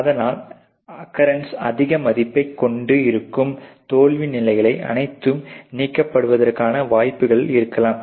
அதனால் அக்கரன்ஸ் அதிக மதிப்பை கொண்டு இருக்கும் தோல்வி நிலைகள் அனைத்தும் நீக்கப்படுவதற்கான வாய்ப்புகள் இருக்கலாம்